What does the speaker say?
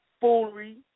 foolery